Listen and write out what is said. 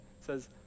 says